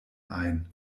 ein